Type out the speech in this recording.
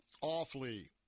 awfully